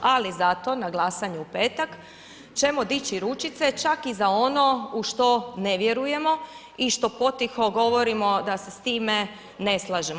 Ali zato na glasanju u petak ćemo dići ručice čak i za ono u što ne vjerujemo i što potiho govorimo da se s time ne slažemo.